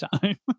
time